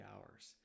hours